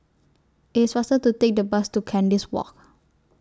It's faster to Take The Bus to Kandis Walk